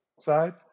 side